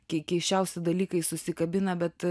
kai keisčiausi dalykai susikabina bet